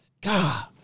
God